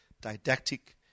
didactic